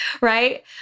right